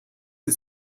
sie